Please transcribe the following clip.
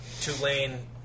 Tulane